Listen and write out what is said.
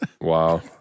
Wow